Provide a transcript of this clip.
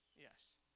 Yes